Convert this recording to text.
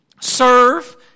serve